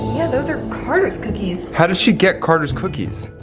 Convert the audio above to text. yeah those are carter's cookies. how did she get carter's cookies?